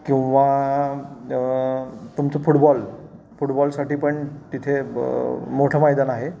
किंवा द तुमचं फुटबॉल फुटबॉलसाठी पण तिथे ब मोठं मैदान आहे